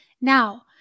Now